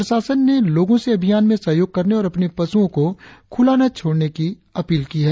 प्रशासन ने लोगों से अभियान में सहयोग करने और अपने पशुओं को खुला न छोड़ने की अपील की है